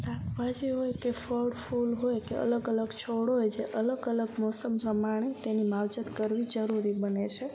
શાકભાજી હોય કે ફળ ફૂલ હોય કે અલગ અલગ છોડ હોય છે અલગ અલગ મોસમ પ્રમાણે તેની માવજત કરવી જરૂરી બને છે